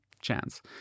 chance